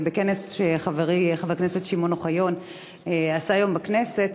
כנס שחברי חבר הכנסת שמעון אוחיון עשה היום בכנסת.